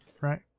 Right